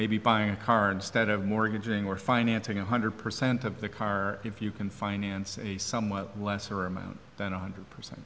maybe buying a car instead of mortgaging or financing one hundred percent of the car if you can finance a somewhat lesser amount than one hundred percent